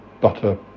butter